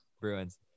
Bruins